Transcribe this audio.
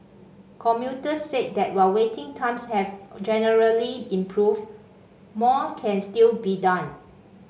commuters said that while waiting times have generally improved more can still be done